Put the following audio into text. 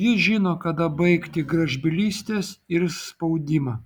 ji žino kada baigti gražbylystes ir spaudimą